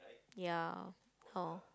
ya how